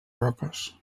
roques